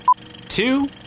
two